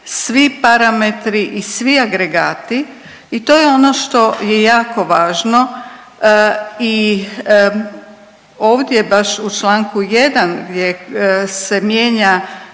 svi parametri i svi agregati i to je ono što je jako važno i ovdje baš u članku 1. gdje se mijenja